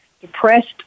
Depressed